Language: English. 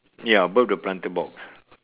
ya above the planter box